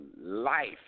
life